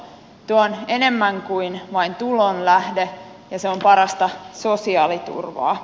työ on enemmän kuin vain tulonlähde ja se on parasta sosiaaliturvaa